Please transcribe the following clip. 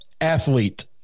athlete